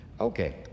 Okay